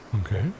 Okay